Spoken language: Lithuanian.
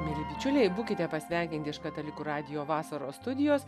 mieli bičiuliai būkite pasveikinti iš katalikų radijo vasaros studijos